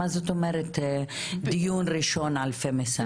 מה זאת אומרת דיון ראשון על רצח נשים?